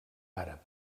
àrab